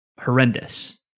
horrendous